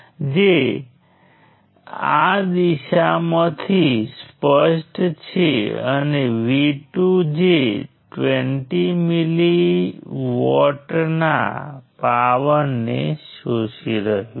હવે ચાલો જોઈએ કે આપણે 2 B ઈક્વેશન્સ કેવી રીતે મેળવીએ છીએ આપણે તે ક્યાંથી મેળવીએ છીએ સૌ પ્રથમ તો આપણી પાસે N ઓછા 1 KCL ઈક્વેશન્સ છે